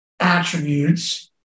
Attributes